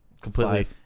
Completely